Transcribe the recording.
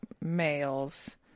males